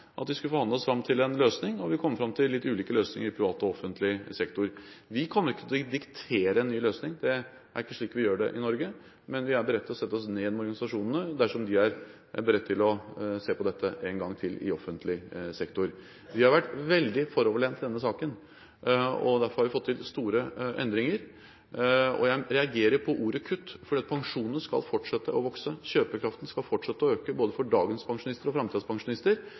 at vi skulle forhandle oss fram til en løsning, og vi kom fram til litt ulike løsninger i privat og offentlig sektor. Vi kommer ikke til å diktere en ny løsning, det er ikke slik vi gjør det i Norge, men vi er beredt til å sette oss ned med organisasjonene dersom de vil se på offentlig sektor en gang til. Vi har vært veldig foroverlent i denne saken. Derfor har vi fått til store endringer. Jeg reagerer på ordet «kutt», for pensjonene skal fortsette å vokse, kjøpekraften skal fortsette å øke, både for dagens pensjonister og